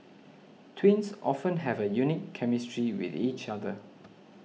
twins often have a unique chemistry with each other